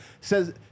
says